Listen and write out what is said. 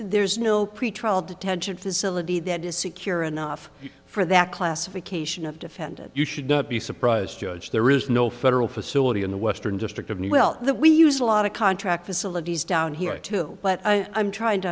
there is no pretrial detention facility that is secure enough for that classification of defendant you should not be surprised judge there is no federal facility in the western district of new well that we use a lot of contract facilities down here too but i'm trying to